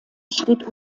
steht